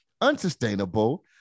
unsustainable